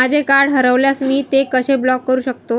माझे कार्ड हरवल्यास मी ते कसे ब्लॉक करु शकतो?